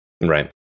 Right